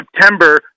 September